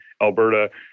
Alberta